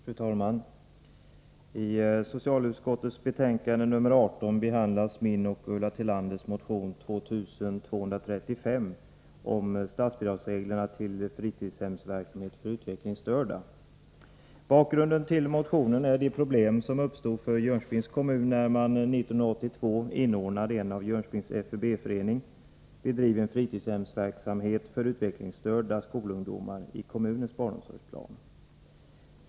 Fru talman! I socialutskottets betänkande nr 18 behandlas min och Ulla Tillanders motion 2235 om statsbidragsreglerna till fritidshemsverksamhet för utvecklingsstörda. Bakgrunden till motionen är de problem som uppstod för Jönköpings kommun när den 1982 inordnade en av Jönköpings FUB-förening bedriven fritidshemsverksamhet för utvecklingsstörda ungdomar i kommunens barnomsorgsplan.